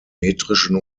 metrischen